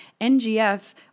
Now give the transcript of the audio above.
NGF